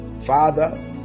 Father